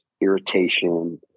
irritation